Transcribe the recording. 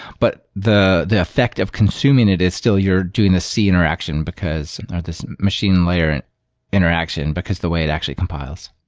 but the the effect of consuming it is still you're doing the c interaction, because not this machine layer and interaction, because the way it actually compiles.